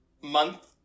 month